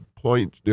point